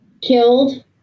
killed